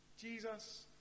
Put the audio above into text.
Jesus